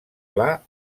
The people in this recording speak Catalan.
pla